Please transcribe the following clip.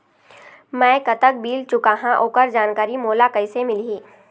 मैं कतक बिल चुकाहां ओकर जानकारी मोला कइसे मिलही?